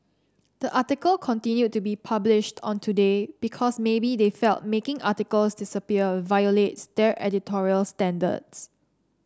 the article continued to be published on today because maybe they felt making articles disappear violates their editorial standards